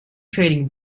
trading